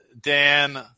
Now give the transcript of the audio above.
Dan